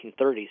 1930s